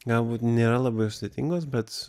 galbūt nėra labai sudėtingos bet